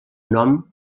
nom